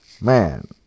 man